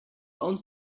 owns